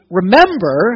remember